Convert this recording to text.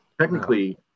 technically